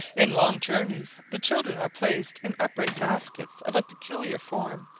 in long journeys the children are placed in upright baskets of a peculiar form,